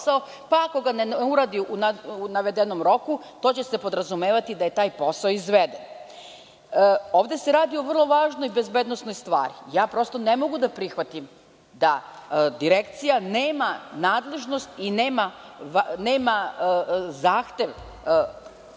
pa ako ga ne uradi u navedenom roku, to će se podrazumevati da je taj posao izveden. Ovde se radi o vrlo važnoj bezbednosnoj stvari. Prosto ne mogu da prihvatim da Direkcija nema nadležnost i nema zahtev